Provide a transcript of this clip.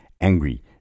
angry